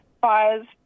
fires